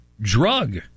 drug